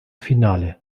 finale